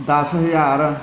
ਦਸ ਹਜ਼ਾਰ